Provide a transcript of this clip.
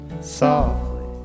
Softly